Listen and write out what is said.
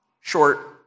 Short